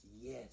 yes